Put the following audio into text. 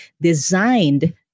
Designed